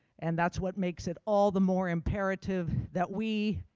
and that's what makes it all the more imperative that we,